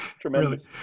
tremendous